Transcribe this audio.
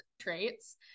traits